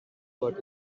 what